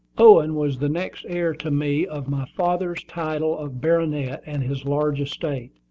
owen was the next heir to me of my father's title of baronet and his large estate.